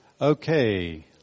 Okay